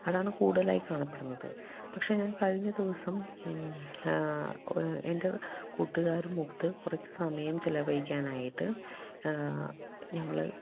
അതാണ് കൂടുതലായി കാണപ്പെടുന്നത് പക്ഷെ ഞാൻ കഴിഞ്ഞ ദിവസം എൻ്റെ കൂട്ടുകാരുമൊത്ത് കുറച്ചു സമയം ചിലവഴിക്കാനായിട്ട് ഞങ്ങൾ